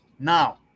Now